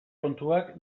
kontuak